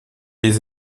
les